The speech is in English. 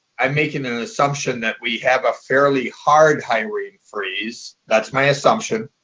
i'm making an ah assumption that we have a fairly hard hiring freeze, that's my assumption.